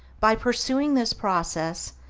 by pursuing this process,